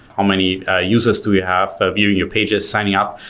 how many ah users do we have ah viewing your pages, signing up.